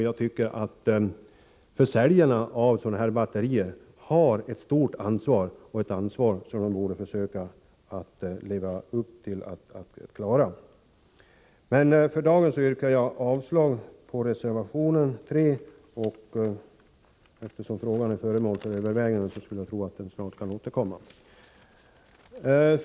Jag tycker att försäljarna av sådana här batterier har ett stort ansvar, som de borde försöka leva upp till. För dagen yrkar jag avslag på reservationen 3. Eftersom frågan är föremål för överväganden skulle jag tro att den snart kan återkomma.